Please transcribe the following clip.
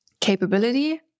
capability